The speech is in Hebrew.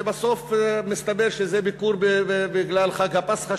ובסוף מסתבר שזה ביקור בגלל חג הפסחא,